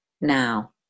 now